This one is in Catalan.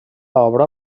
obra